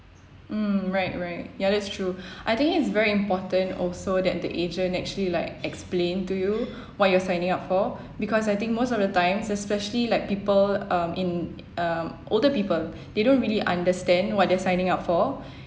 mm right right ya that's true I think it's very important also that the agent actually like explain to you what you signing up for because I think most of the time especially like people um in um older people they don't really understand what they're signing up for